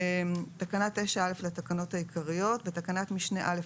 תיקון תקנה 9א בתקנה 9א לתקנות העיקריות בתקנת משנה (א),